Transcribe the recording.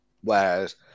whereas